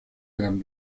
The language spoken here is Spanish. gran